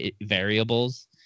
variables